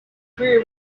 career